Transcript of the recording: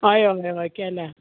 हय हय हय केल्या